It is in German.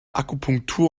akupunktur